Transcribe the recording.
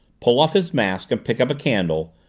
pull off his mask and pick up a candle,